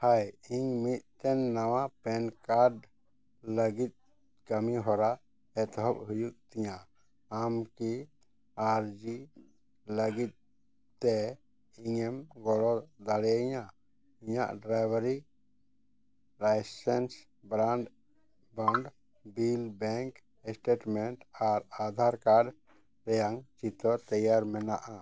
ᱦᱟᱭ ᱤᱧ ᱢᱤᱫᱴᱮᱱ ᱱᱟᱣᱟ ᱯᱮᱱ ᱠᱟᱨᱰ ᱞᱟᱹᱜᱤᱫ ᱠᱟᱹᱢᱤ ᱦᱚᱨᱟ ᱮᱛᱚᱦᱚᱵ ᱦᱩᱭᱩᱜ ᱛᱤᱧᱟᱹ ᱟᱢᱠᱤ ᱟᱨᱡᱤ ᱞᱟᱹᱜᱤᱫᱛᱮ ᱤᱧᱮᱢ ᱜᱚᱲᱚ ᱫᱟᱲᱮᱭᱟᱹᱧᱟ ᱤᱧᱟᱹᱜ ᱰᱨᱟᱭᱵᱷᱟᱨᱤ licence brand bond bill bank statement ᱟᱨ ᱟᱫᱷᱟᱨ ᱠᱟᱨᱰ ᱨᱮᱭᱟᱜ ᱪᱤᱛᱟᱹᱨ ᱛᱮᱭᱟᱨ ᱢᱮᱱᱟᱜᱼᱟ